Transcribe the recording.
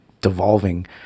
devolving